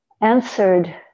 answered